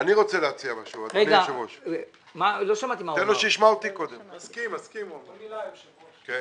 היושב ראש, מסכים לכל מילה.